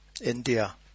India